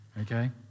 okay